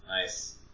Nice